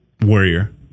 Warrior